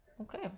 okay